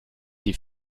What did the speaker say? die